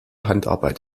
handarbeit